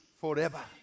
forever